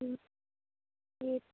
ہوں جی